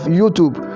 youtube